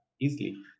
easily